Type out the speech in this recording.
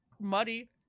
muddy